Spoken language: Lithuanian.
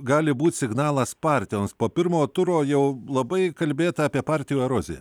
gali būt signalas partijoms po pirmojo turo jau labai kalbėta apie partijų eroziją